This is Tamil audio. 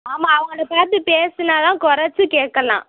ஆமாம் அவங்கள பார்த்து பேசினாதான் குறச்சி கேட்கலாம்